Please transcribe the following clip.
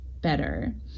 better